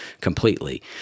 completely